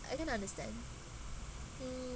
I didn't understand hmm